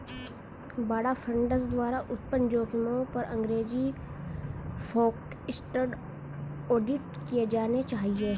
बाड़ा फंड्स द्वारा उत्पन्न जोखिमों पर अंग्रेजी फोकस्ड ऑडिट किए जाने चाहिए